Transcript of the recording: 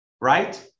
right